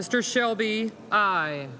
mr shelby i